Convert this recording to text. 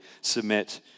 submit